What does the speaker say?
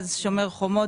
מאז "שומר חומות",